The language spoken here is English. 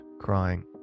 crying